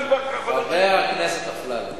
חבר הכנסת אפללו,